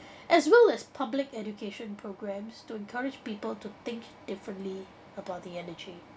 as well as public education programmes to encourage people to think differently about the energy